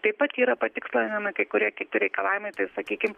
taip pat yra patikslinami kai kurie kiti reikalavimai tai sakykim